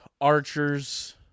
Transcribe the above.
archers